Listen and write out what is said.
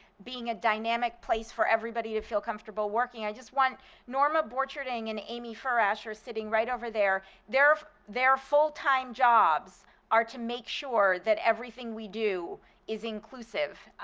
being a dynamic place for everybody to feel comfortable working. i just want norma borcherding and amy furasher sitting right over there their full-time jobs are to make sure that everything we do is inclusive.